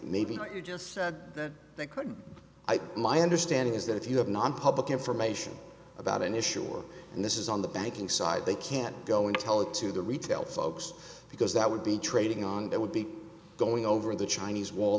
maybe what you just said that they could my understanding is that if you have nonpublic information about an issue or and this is on the banking side they can go and tell it to the retail folks because that would be trading on that would be going over the chinese wall